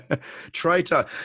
Traitor